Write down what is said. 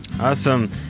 awesome